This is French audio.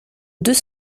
deux